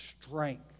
strength